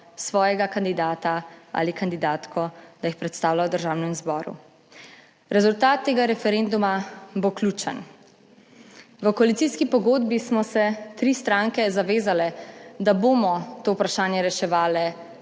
Svojega kandidata ali kandidatko, da jih predstavlja v Državnem zboru. Rezultat tega referenduma bo ključen. V koalicijski pogodbi smo se tri stranke zavezale, da bomo to vprašanje reševale